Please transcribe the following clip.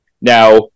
Now